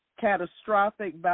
Catastrophic